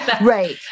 Right